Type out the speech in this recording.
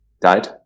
Died